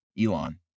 Elon